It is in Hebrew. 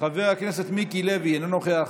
חבר הכנסת סעיד אלחרומי, אינו נוכח,